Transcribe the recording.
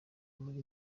muri